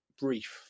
brief